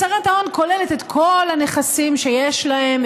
הצהרת ההון כוללת את כל הנכסים שיש להם,